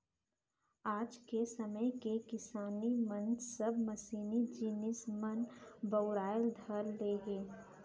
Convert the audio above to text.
आज के समे के किसानी म सब मसीनी जिनिस मन बउराय ल धर लिये हें